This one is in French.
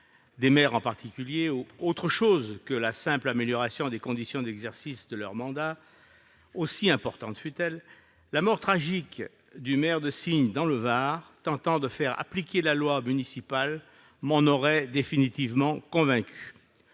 du maire, c'est-à-dire autre chose que la simple amélioration des conditions d'exercice du mandat, aussi importante soit-elle, la mort tragique du maire de Signes, dans le Var, en tentant de faire appliquer la loi municipale, m'en aurait définitivement convaincu.